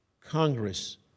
Congress